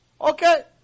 Okay